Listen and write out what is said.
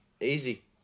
easy